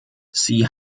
sie